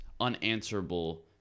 unanswerable